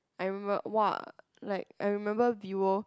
I remember !wah! like I remember Vivo